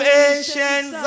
ancient